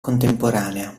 contemporanea